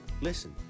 Listen